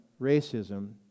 racism